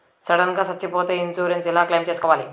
Sudden గా సచ్చిపోతే insurance ఎలా క్లెయిమ్ సేసుకోవాలి?